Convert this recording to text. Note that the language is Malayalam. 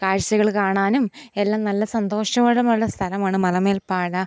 കാഴ്ചകൾ കാണാനും എല്ലാം നല്ല സന്തോഷമോടെയുള്ള സ്ഥലമാണ് മലമേൽ പാല